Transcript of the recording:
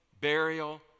burial